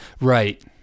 Right